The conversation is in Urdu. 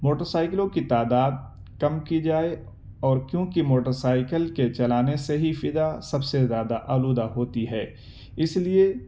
موٹر سائیکلوں کی تعداد کم کی جائے اور کیونکہ موٹر سائیکل کے چلانے سے ہی فضا سب سے زیادہ آلودہ ہوتی ہے اس لیے